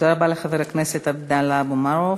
תודה רבה לחבר הכנסת עבדאללה אבו מערוף.